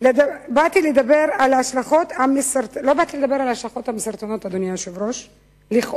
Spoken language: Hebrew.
לא באתי לדבר על ההשלכות, המסרטנות לכאורה,